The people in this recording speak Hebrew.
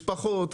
משפחות,